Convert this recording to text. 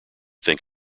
think